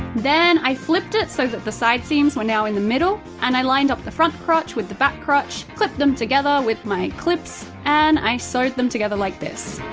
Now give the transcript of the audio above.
then i flipped it so that the side seams were now in the middle and i lined up the front crotch with the back crotch, clipped them together with my clips and i sewed them together like this.